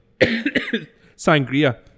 sangria